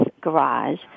garage